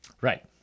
Right